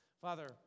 Father